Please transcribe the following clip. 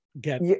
get